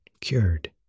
cured